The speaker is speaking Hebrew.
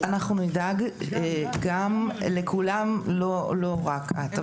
אנחנו נדאג לכולם, לא רק את.